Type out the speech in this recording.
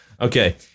Okay